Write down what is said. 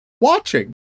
watching